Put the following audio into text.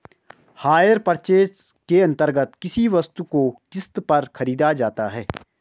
higher purchase के अंतर्गत किसी वस्तु को किस्त पर खरीदा जाता है